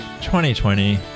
2020